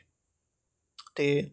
ते